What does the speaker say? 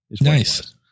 Nice